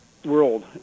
world